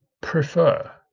Prefer